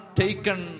taken